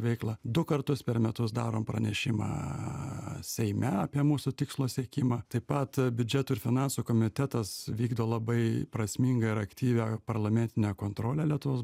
veiklą du kartus per metus darom pranešimą seime apie mūsų tikslo siekimą taip pat biudžeto ir finansų komitetas vykdo labai prasmingą ir aktyvią parlamentinę kontrolę lietuvos